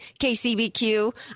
KCBQ